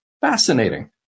Fascinating